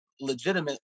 legitimate